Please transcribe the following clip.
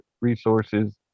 resources